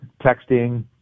texting